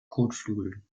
kotflügeln